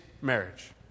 marriage